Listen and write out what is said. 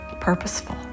purposeful